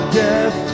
death